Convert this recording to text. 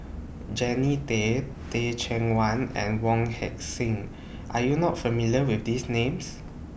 Jannie Tay Teh Cheang Wan and Wong Heck Sing Are YOU not familiar with These Names